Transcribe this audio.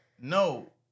No